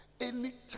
Anytime